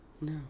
No